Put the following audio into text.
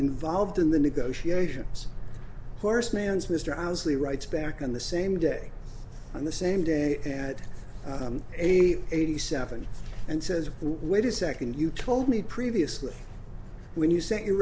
involved in the negotiations horse man's mr owsley rights back on the same day on the same day and age eighty seven and says wait a second you told me previously when you sent your